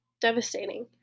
devastating